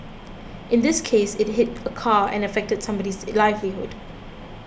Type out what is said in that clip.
in this case it hit a car and affected somebody's livelihood